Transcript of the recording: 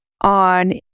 On